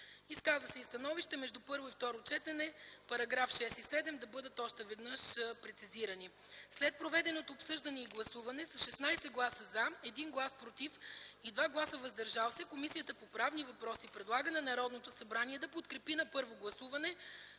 Изказа се и становището между първо и второ четене § 6 и 7 да бъдат още веднъж презицирани. След проведеното обсъждане и гласуване с 16 гласа „за”, 1 глас „против” и 2 гласа „въздържали се”, Комисията по правни въпроси предлага на Народното събрание да подкрепи на първо гласуване